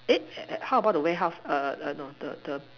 eh how about the warehouse err no the the